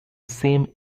same